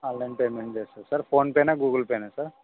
online payment చేస్తారా sir ఫోన్పేనా గూగుల్పెనా సార్